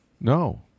No